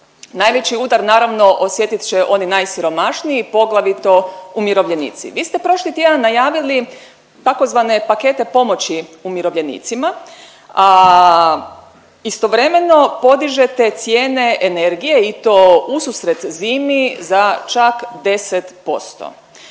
Najveći udar naravno osjetit će oni najsiromašniji, poglavito umirovljenici. Vi ste prošli tjedan najavili tzv. pakete pomoći umirovljenicima, a istovremeno podižete cijene energije i to ususret zimi za čak 10%.